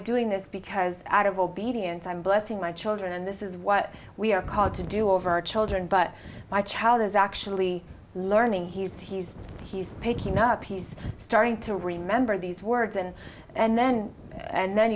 doing this because out of obedience i'm blessing my children and this is what we are called to do over children but my child is actually learning he's he's he's picking up he's starting to remember these words and and then and then